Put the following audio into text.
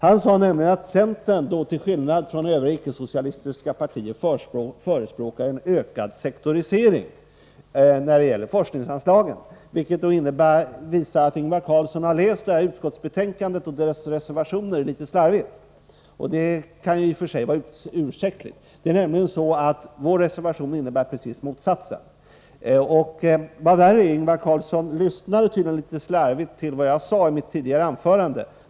Han sade nämligen att centern till skillnad från övriga icke-socialistiska partier förespråkar en ökad sektorisering när det gäller forskningsanslagen, något som visar att Ingvar Carlsson har läst utskottsbetänkandet och reservationerna litet slarvigt — vilket i och för sig kan vara ursäktligt. Vår reservation innebär raka motsatsen till detta. Men vad värre är: Ingvar Carlsson lyssnade tydligen också litet slarvigt på vad jag sade i mitt tidigare anförande.